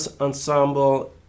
Ensemble